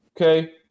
Okay